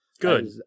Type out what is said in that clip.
Good